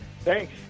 Thanks